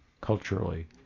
culturally